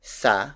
sa